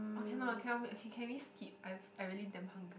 or cannot make okay can we skip I've I really damn hungry